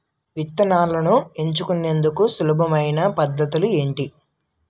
విత్తనాలను ఎంచుకునేందుకు సులభమైన పద్ధతులు ఏంటి?